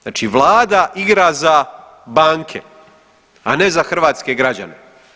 Znači vlada igra za banke, a ne za hrvatske građene.